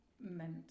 meant